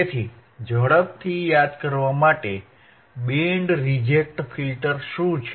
તેથી ઝડપથી યાદ કરવા માટે બેન્ડ રિજેક્ટ ફિલ્ટર શું છે